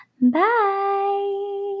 Bye